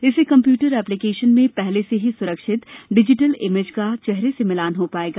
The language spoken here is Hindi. इस कम्प्यूटर एप्लिकेशन में पहले से ही सुरक्षित डिजिटल इमेज का चेहरे से मिलान हो पाएगा